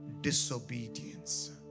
disobedience